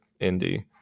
indie